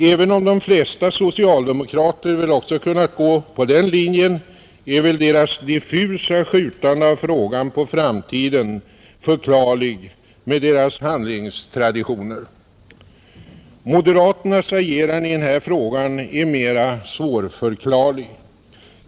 Även om de flesta socialdemokrater nog också kunnat gå på den linjen är väl deras diffusa skjutande av frågan på framtiden förklarlig med deras handlingstraditioner. Moderaternas agerande i den här frågan är mera svårförklarligt.